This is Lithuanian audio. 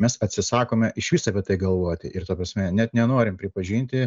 mes atsisakome išvis apie tai galvoti ir ta prasme net nenorim pripažinti